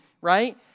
right